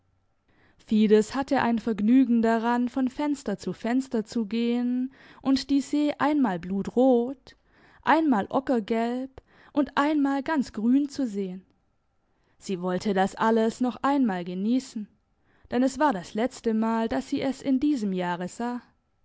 fides hatte ein vergnügen daran von fenster zu fenster zu gehen und die see einmal blutrot einmal ockergelb und einmal ganz grün zu sehen sie wollte das alles noch einmal geniessen denn es war das letzte mal dass sie es in diesem jahre sah